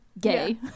Gay